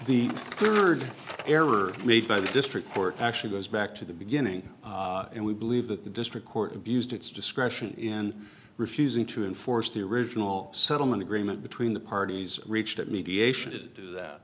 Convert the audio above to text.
the third error made by the district court actually goes back to the beginning and we believe that the district court abused its discretion in refusing to enforce the original settlement agreement between the parties reached at mediation did do that